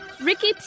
Ricky